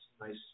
Nice